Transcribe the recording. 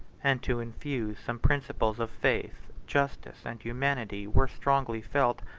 and to infuse some principles of faith, justice, and humanity, were strongly felt,